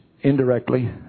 indirectly